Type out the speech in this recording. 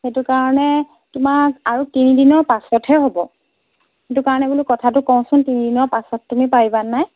সেইটো কাৰণে তোমাক আৰু তিনিদিনৰ পাছতহে হ'ব সেইটো কাৰণে বোলো কথাটো কওঁচোন তিনিদিনৰ পাছত তুমি পাৰিবা নাই